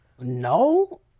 no